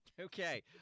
okay